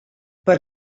per